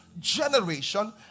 generation